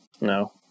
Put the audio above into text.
no